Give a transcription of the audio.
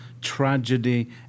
tragedy